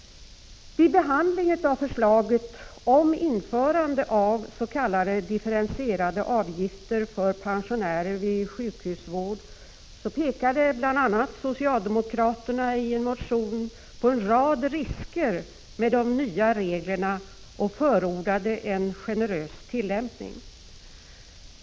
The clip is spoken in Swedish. Vid behandlingen av förslaget om införande av s.k. differentierade avgifter för pensionärer vid sjukhusvård pekade bl.a. socialdemokraterna i en motion på en rad risker med de nya reglerna och förordade en generös tillämpning.